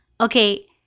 Okay